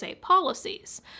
policies